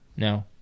No